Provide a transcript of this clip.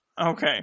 Okay